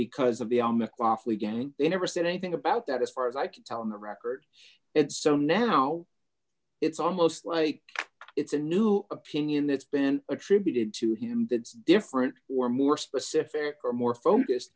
because of the arm of coffee gang they never said anything about that as far as i can tell in the record and so now it's almost like it's a new opinion that's been attributed to him that's different or more specific or more focused